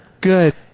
Good